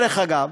דרך אגב,